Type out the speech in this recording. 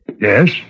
Yes